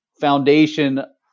foundation